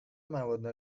مواد